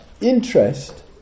interest